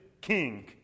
king